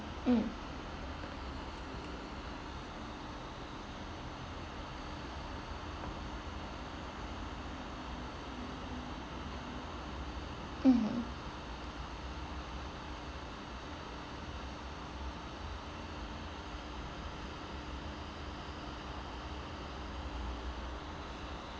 mm mm